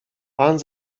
pan